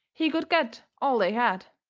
he could get all they had.